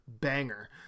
banger